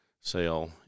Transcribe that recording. sale